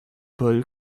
paul